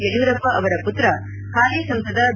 ಯಡಿಯೂರಪ್ಪ ಅವರ ಪುತ್ರ ಹಾಲಿ ಸಂಸದ ಬಿ